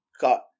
got